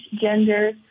gender